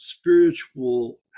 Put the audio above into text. spiritual